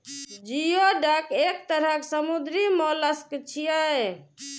geoduck एक तरह समुद्री मोलस्क छियै